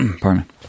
Pardon